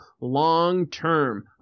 long-term